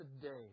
today